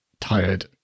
tired